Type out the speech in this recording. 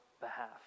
behalf